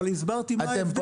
אבל הסברתי מה ההבדל.